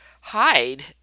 hide